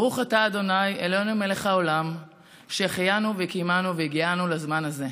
ברוך אתה ה' אלוהינו מלך העולם שהחיינו וקיימנו והגיענו לזמן הזה.